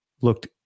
looked